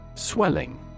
Swelling